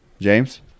james